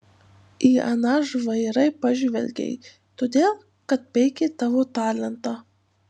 į aną žvairai pažvelgei todėl kad peikė tavo talentą